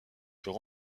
peut